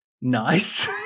nice